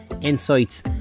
insights